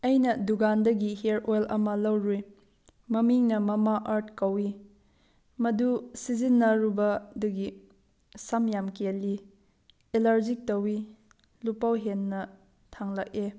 ꯑꯩꯅ ꯗꯨꯀꯥꯟꯗꯒꯤ hair oil ꯑꯃ ꯂꯧꯔꯨꯏ ꯃꯃꯤꯡꯅ ꯃꯃꯥ ꯑꯥꯔꯠ ꯀꯧꯏ ꯃꯗꯨ ꯁꯤꯖꯤꯟꯅꯔꯨꯕꯗꯒꯤ ꯁꯝ ꯌꯥꯝꯅ ꯀꯦꯜꯂꯤ ꯑꯦꯂꯔꯖꯤ ꯇꯧꯏ ꯂꯨꯄꯧ ꯍꯦꯟꯅ ꯊꯥꯡꯂꯛꯑꯦ